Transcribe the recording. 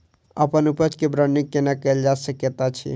अप्पन उपज केँ ब्रांडिंग केना कैल जा सकैत अछि?